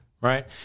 Right